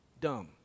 Dumb